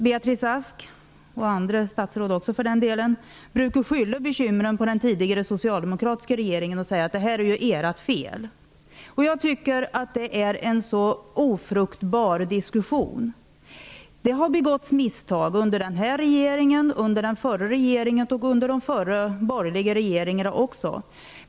Beatrice Ask, och för den del också andra statsråd, brukar skylla bekymren på den tidigare socialdemokratiska regeringen. Man säger att det här är vårt fel. Jag tycker att det är en ofruktbar diskussion. Det har begåtts misstag under den här regeringen, under den förra regeringen och också under den förra borgerliga regeringen.